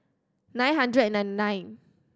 nine hundred and ninety nine